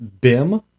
bim